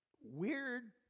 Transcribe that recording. weird